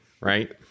Right